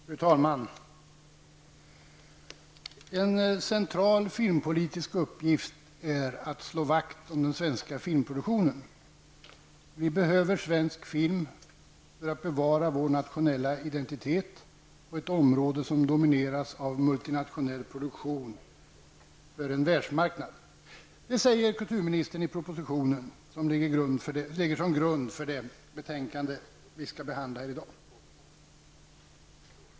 Fru talman! ''En central filmpolitisk uppgift är att slå vakt om den svenska filmproduktionen. Vi behöver svensk film för att bevara vår nationella identitet på ett område som domineras av multinationell produktion för en världsmarknad.'' Det säger kulturministern i propositionen som ligger till grund för det betänkande vi behandlar i dag.